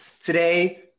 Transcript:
Today